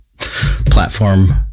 platform